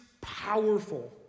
powerful